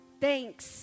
thanks